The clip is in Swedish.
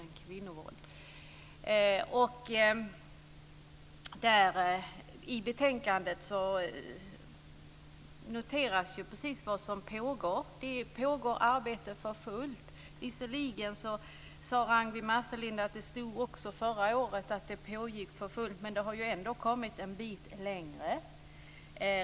I betänkandet noteras precis vad som pågår. Det pågår arbete för fullt. Visserligen sade Ragnwi Marcelind att det också förra året stod att det pågick arbete för fullt, men det har ändå kommit en bit på väg.